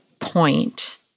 point